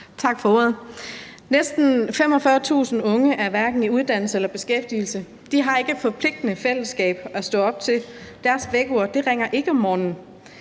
Tak for ordet. Næsten 45.000 unge er hverken i uddannelse eller beskæftigelse. De har ikke et forpligtende fællesskab at stå op til. Deres vækkeur ringer ikke om morgenen.